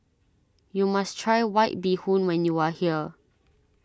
you must try White Bee Hoon when you are here